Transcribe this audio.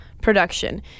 production